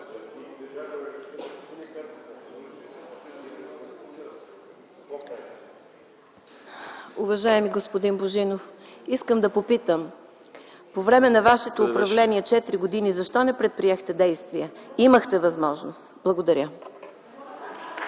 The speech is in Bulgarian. Уважаеми господин Божинов, искам да попитам: по време на вашето управление четири години защо не предприехте действия? Имахте възможност! Благодаря.